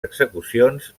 execucions